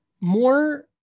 more